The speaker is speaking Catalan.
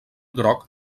groc